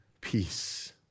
peace